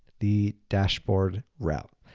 the dashboard route.